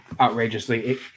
outrageously